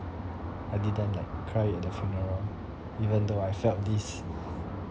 I didn't like cry at the funeral even though I felt this